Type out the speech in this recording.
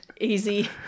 easy